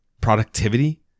Productivity